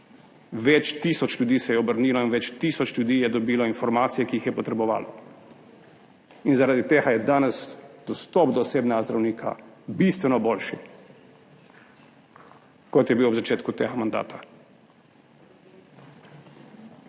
Več tisoč ljudi se je obrnilo in več tisoč ljudi je dobilo informacije, ki jih je potrebovalo. Zaradi tega je danes dostop do osebnega zdravnika bistveno boljši, kot je bil ob začetku tega mandata.